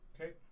okay